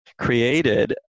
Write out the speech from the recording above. created